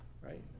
right